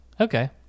okay